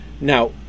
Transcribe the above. now